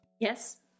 Yes